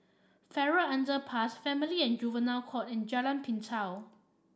Farrer Underpass Family and Juvenile Court and Jalan Pintau